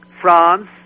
France